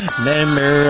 Remember